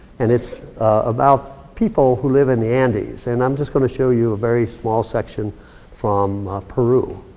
and it's about people who live in the andes. and i'm just gonna show you a very small section from peru.